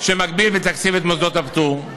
שמגביל בתקציב את מוסדות הפטור,